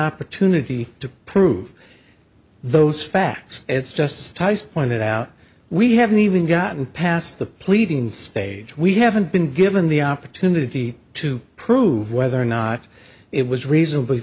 opportunity to prove those facts it's just tice pointed out we haven't even gotten past the pleading stage we haven't been given the opportunity to prove whether or not it was reasonably